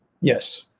Yes